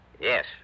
Yes